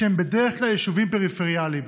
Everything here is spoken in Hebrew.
שהם בדרך כלל יישובים פריפריאליים.